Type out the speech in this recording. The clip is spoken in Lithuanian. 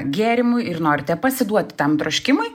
gėrimui ir norite pasiduoti tam troškimui